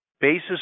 basis